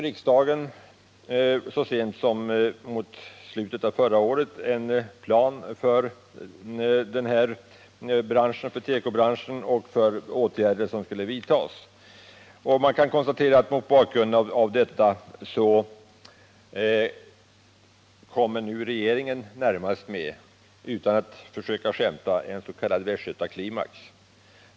Riksdagen antog så sent som i slutet av förra året en plan för tekobranschen med åtgärder som skulle vidtas. Mot bakgrund av detta kan man konstatera att regeringen nu närmast kommer med — och jag försöker inte skämta — en s.k. västgötaklimax.